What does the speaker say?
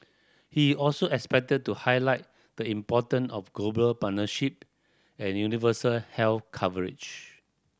he is also expected to highlight the important of global partnership and universal health coverage